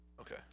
Okay